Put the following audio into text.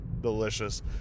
delicious